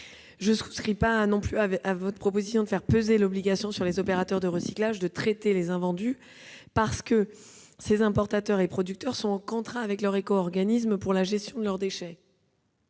Je ne souscris pas non plus à votre proposition de faire peser l'obligation de traiter les invendus sur les opérateurs de recyclage, parce que ces importateurs et producteurs sont en contrat avec leur éco-organisme pour la gestion de leurs déchets.